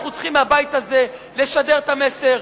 אנחנו צריכים מהבית הזה לשדר את המסר: